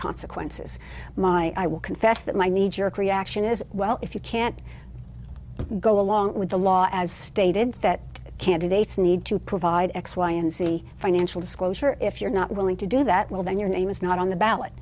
consequences my will confess that my kneejerk reaction is well if you can't go along with the law as stated that candidates need to provide x y and z financial disclosure if you're not willing to do that well then your name is not on the ballot